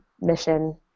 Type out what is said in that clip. mission